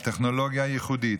הטכנולוגיה הייחודית,